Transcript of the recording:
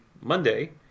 Monday